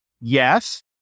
Yes